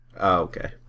okay